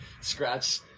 scratch